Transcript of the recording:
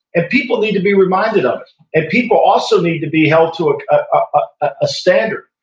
and people need to be reminded of it, and people also need to be held to a standard,